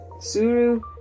Suru